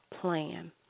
plan